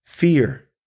fear